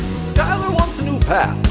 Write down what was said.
skyler wants a new path,